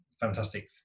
fantastic